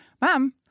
Mom